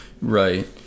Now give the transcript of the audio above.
Right